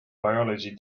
biology